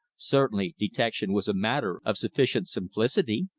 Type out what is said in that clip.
certainly detection was a matter of sufficient simplicity.